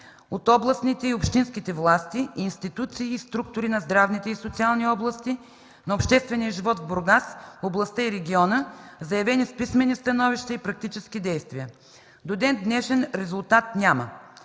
от областните и общинските власти, институции и структури на здравните и социални области на обществения живот в Бургас, областта и региона, заявени с писмени становища и практически действия. До ден днешен резултат няма.